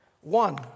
One